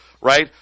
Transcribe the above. right